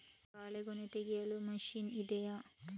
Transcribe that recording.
ಬಾಳೆಗೊನೆ ತೆಗೆಯಲು ಮಷೀನ್ ಇದೆಯಾ?